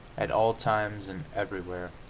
at all times and everywhere.